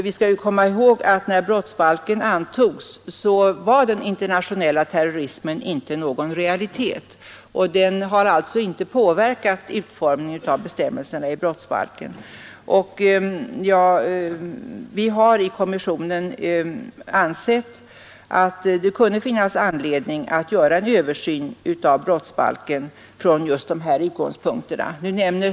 Vi skall komma ihåg att när brottsbalken antogs var den internationella terrorismen inte någon realitet, och den har därför inte påverkat utformningen av bestämmelserna i brottsbalken. Vi har i kommissionen ansett att det kunde finnas anledning att göra en översyn av brottsbalken just från dessa utgångspunkter.